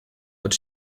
but